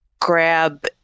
grab